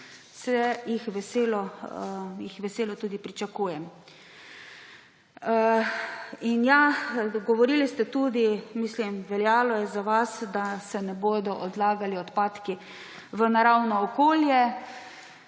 Jih veselo tudi pričakujem. In ja, govorili ste tudi, mislim, veljalo je za vas, da se ne bodo odlagali odpadki v naravno okolje,